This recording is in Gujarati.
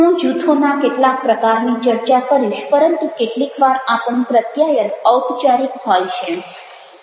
હું જૂથોના કેટલાક પ્રકારની ચર્ચા કરીશ પરંતુ કેટલીક વાર આપણું પ્રત્યાયન ઔપચારિક હોય છે